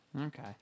Okay